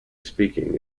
speaking